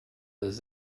does